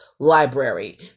library